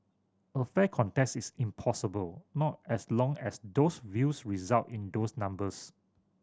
a fair contest is impossible not as long as those views result in those numbers